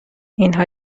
اینها